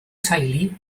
teulu